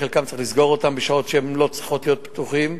את חלקם צריך לסגור בשעות שהם לא צריכים להיות פתוחים,